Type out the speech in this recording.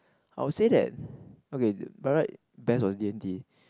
I would say that okay by right best was D-and-T